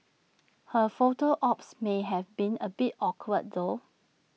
her photo ops may have been A bit awkward though